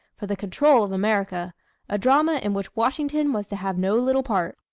for the control of america a drama in which washington was to have no little part.